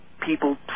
People